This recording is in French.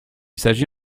s’agit